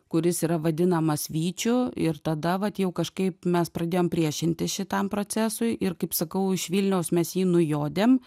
kuris yra vadinamas vyčiu ir tada vat jau kažkaip mes pradėjom priešintis šitam procesui ir kaip sakau iš vilniaus mes jį nujodėm